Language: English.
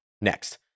next